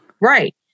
Right